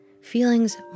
Feelings